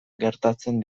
gertatzen